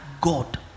God